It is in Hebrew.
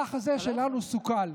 והמהלך הזה שלנו סוכל.